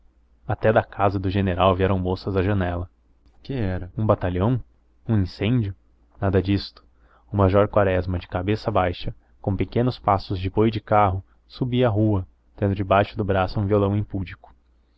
até da casa do general vieram moças à janela que era um batalhão um incêndio nada disto o major quaresma de cabeça baixa com pequenos passos de boi de carro subia a rua tendo debaixo do braço um violão